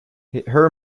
her